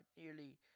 nearly